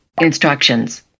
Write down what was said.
Instructions